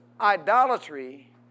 idolatry